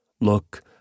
Look